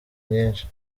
nyinshi